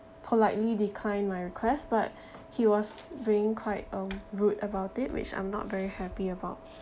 politely declined my request but he was being quite um rude about it which I'm not very happy about